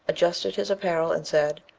adjusted his apparel, and said,